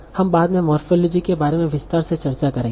हम बाद में मोरफ़ोलॉजी के बारे में विस्तार से चर्चा करेंगे